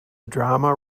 drama